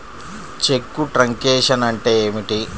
చెక్కు truncation అంటే ఏమిటి?